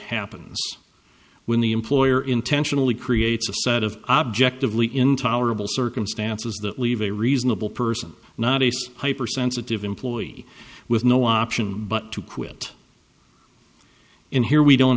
happens when the employer intentionally creates a set of objectively intolerable circumstances that leave a reasonable person not a hyper sensitive employee with no option but to quit in here we don't